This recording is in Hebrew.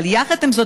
אבל יחד עם זאת,